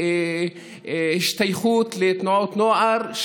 ולהשתייכות לתנועות נוער,